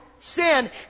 sin